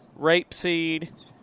rapeseed